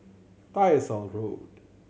Tyersall Road